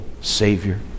savior